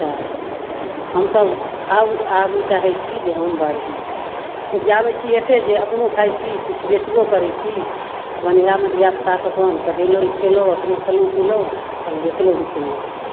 तऽ हमसभ आओर आगू चाहै छी जे हम बढ़ी उपजाबै छी एतेक जे अपनो खाइत छी किछु बेचबो करैत छी अपन इएहमे धिया पुताकेँ अपन पढ़ेलहुँ लिखेलहुँ अपनो खेलहुँ पीलहुँ अपन बेचलहुँ बिकिनलहुँ